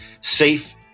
safe